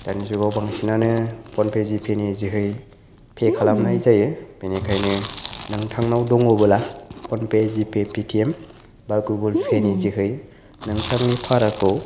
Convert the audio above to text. दानि जुगाव बांसिनानो फ'नपे जिपे नि जोहै पे खालामनाय जायो बेनिखायनो नोंथांनाव दङब्ला फ'नपे जिपे पेटिएम एबा गुगोल पे नि जोहै नोंथांनि भाराखौ